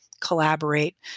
collaborate